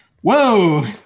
whoa